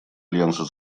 альянса